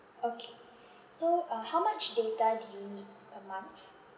okay so uh how much data do you need a month